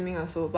I would go